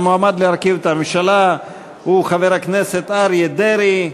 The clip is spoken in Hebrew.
המועמד להרכיב את הממשלה הוא חבר הכנסת אריה דרעי.